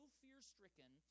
fear-stricken